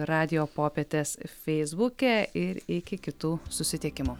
radijo popietės feisbuke ir iki kitų susitikimų